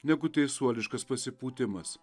negu teisuoliškas pasipūtimas